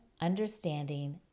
understanding